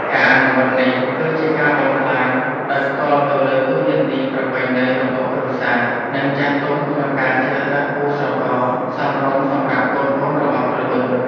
ការអនុវត្តនេះគឺជាការបំផ្លាញដោយផ្ទាល់ទៅលើតួនាទីប្រពៃណីរបស់គ្រួសារ និងចាស់ទុំក្នុងការជ្រើសរើសគូស្រករសមរម្យសម្រាប់កូនៗរបស់ខ្លួន។